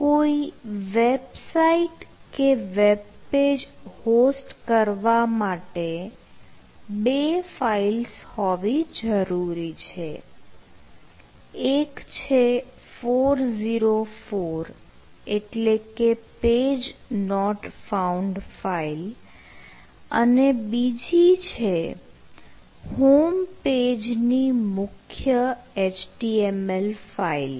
કોઈ વેબસાઈટ કે web page host કરવા માટે ૨ ફાઈલ્સ હોવી જરૂરી છે એક છે 404 એટલે કે page not found file અને બીજી છે home page ની મુખ્ય HTML ફાઈલ